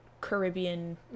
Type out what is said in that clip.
Caribbean